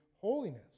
holiness